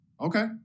Okay